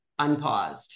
Unpaused